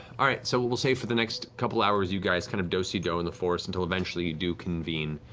all right, so we'll we'll say for the next couple hours you guys kind of do-si-do in the forest until eventually you do convene.